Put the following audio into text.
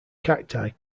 cacti